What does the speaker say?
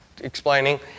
explaining